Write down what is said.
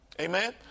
Amen